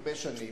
הרבה שנים,